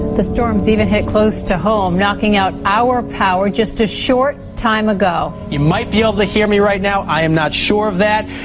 the storms even hit close to home, knocking out our power just a short time ago. you might be able to hear me right now, i'm not sure of that,